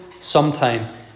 sometime